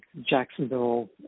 Jacksonville